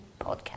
Podcast